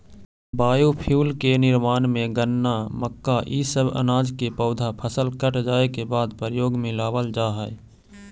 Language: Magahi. बायोफ्यूल के निर्माण में गन्ना, मक्का इ सब अनाज के पौधा फसल कट जाए के बाद प्रयोग में लावल जा हई